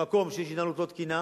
במקום שיש התנהלות לא תקינה,